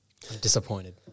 Disappointed